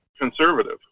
conservative